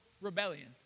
rebellion